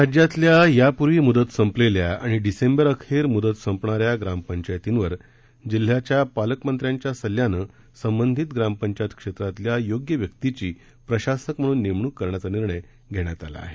राज्यातल्या यापूर्वी मुदत संपलेल्या आणि डिसेंबरअखेर मुदत संपणाऱ्या ग्रामपंचायतींवर जिल्ह्याचे पालकमंत्री यांच्या सल्ल्याने संबंधित ग्रामपंचायत क्षेत्रातल्या योग्य व्यक्तीची प्रशासक म्हणून नेमणूक करण्याचा निर्णय घेण्यात आला आहे